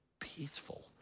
peaceful